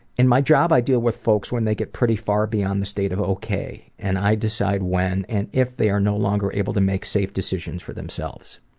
in my job i deal with folks when they get pretty far beyond the state of ok and i decide when and if they are no longer able to make safe decisions for themselves.